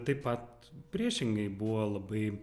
taip pat priešingai buvo labai